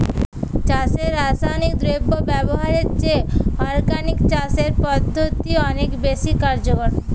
চাষে রাসায়নিক দ্রব্য ব্যবহারের চেয়ে অর্গানিক চাষ পদ্ধতি অনেক বেশি কার্যকর